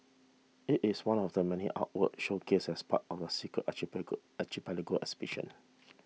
it is one of the many artworks showcased as part of the Secret Archipelago Archipelago exhibition